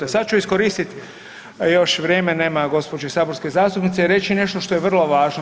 A sad ću iskoristit još vrijeme nema gospođe saborske zastupnice i reći nešto što je vrlo važno.